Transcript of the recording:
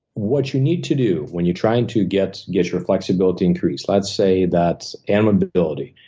what you need to do when you're trying to get get your flexibility increased, let's say that and mobility.